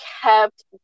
kept